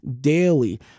daily